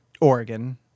Oregon